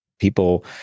People